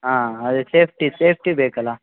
ಹಾಂ ಅದ್ಕೆ safety safety ಬೇಕಲ್ಲ